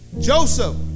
Joseph